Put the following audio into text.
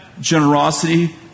generosity